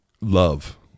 love